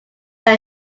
when